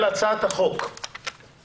אנחנו נצביע על הצעת החוק כולה,